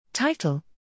Title